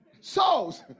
Souls